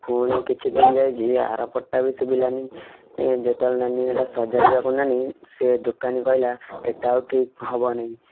ଫୁଣି କିଛି ଦିନ ଯାଇଛି ଇଏ ଆର ପଟଟା ବି ଶୁବିଲାନି ଯେତେବେଳେ ନେନି ହେଟା ସଜାଡ଼ିବାକୁ ନେନି ସେ ଦୋକାନୀ କହିଲା ଏଇଟା ଆଉ ଠିକ୍ ହବ ନେଇଁ